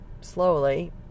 slowly